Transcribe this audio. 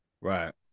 Right